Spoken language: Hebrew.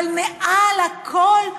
אבל מעל הכול,